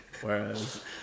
Whereas